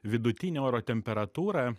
vidutinė oro temperatūra